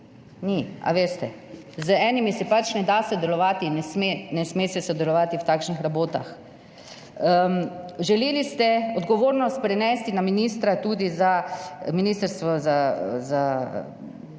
ni, a veste. Z enimi se pač ne da sodelovati, ne sme, ne sme se sodelovati v takšnih rabotah. Želeli ste odgovornost prenesti na ministra, tudi za Ministrstvo za